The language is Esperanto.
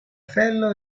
felo